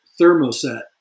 thermoset